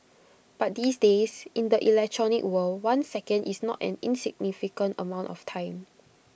but these days in the electronic world one second is not an insignificant amount of time